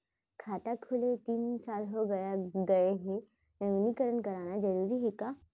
खाता खुले तीन साल हो गया गये हे नवीनीकरण कराना जरूरी हे का?